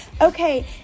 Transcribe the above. okay